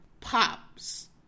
pops